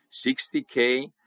60k